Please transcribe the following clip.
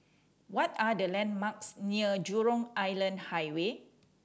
what are the landmarks near Jurong Island Highway